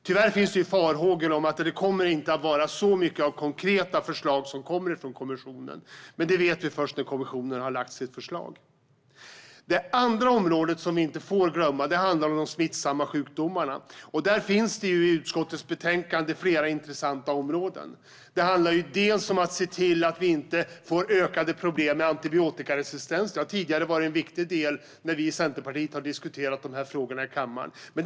Tyvärr finns det farhågor om att det inte kommer att vara så mycket av konkreta förslag som kommer från kommissionen. Men det vet vi först när kommissionen har lagt fram sitt förslag. Den andra delen som vi inte får glömma handlar om de smittsamma sjukdomarna. Där finns det i utskottets betänkande flera intressanta områden. Det handlar om att se till att vi inte får ökade problem med antibiotikaresistens. Det har tidigare varit en viktig del när vi i Centerpartiet har diskuterat frågorna i kammaren.